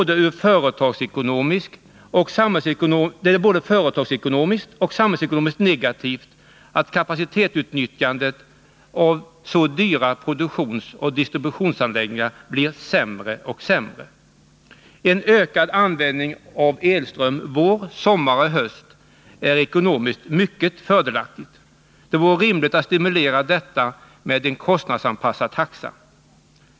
Det är både företagsekonomiskt och samhällsekonomiskt negativt att kapacitetsutnyttjandet av så dyra produktionsoch distributionsanläggningar blir sämre och sämre. En ökning av användningen av elström vår, sommar och höst är ekonomiskt mycket fördelaktig. Det vore rimligt att stimulera detta med en kostnadsanpassad taxa.